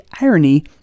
irony